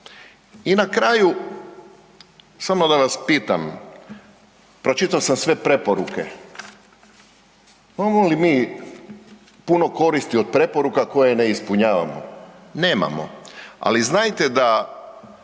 I na kraju, samo da vas pitam, pročitao sam sve preporuke, imamo li mi puno koristi od preporuka koje ne ispunjavamo? Nemamo, ali znajte da